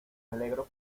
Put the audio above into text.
alegro